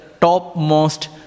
topmost